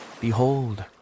behold